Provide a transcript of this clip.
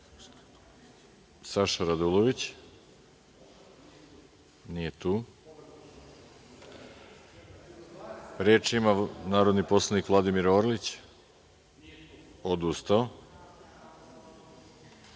Saša Radulović. (Nije tu.)Reč ima narodni poslanik Vladimir Orlić. (Odustao.)Reč